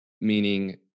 Meaning